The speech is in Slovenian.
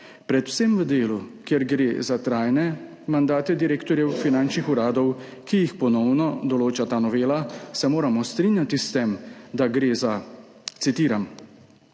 predvsem v delu, kjer gre za trajne mandate direktorjev finančnih uradov, ki jih ponovno določa ta novela, se moramo strinjati s tem, da gre za, citiram: